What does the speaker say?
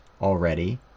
already